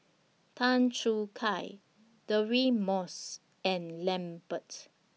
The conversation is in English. Tan Choo Kai Deirdre Moss and Lambert